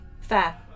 fair